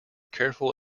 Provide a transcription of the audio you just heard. careful